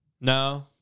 No